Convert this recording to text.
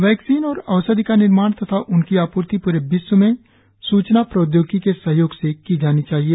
vaccine और औषधि का निर्माण तथा उनकी आपूर्ति पूरे विश्व में सूचना प्रौद्योगिकी के सहयोग से की जानी चाहिए